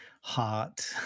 heart